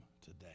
today